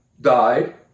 died